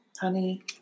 honey